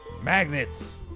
Magnets